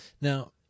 Now